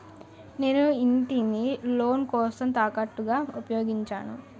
నేను నా ఇంటిని లోన్ కోసం తాకట్టుగా ఉపయోగించాను